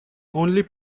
only